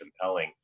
compelling